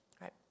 right